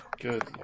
Good